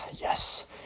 yes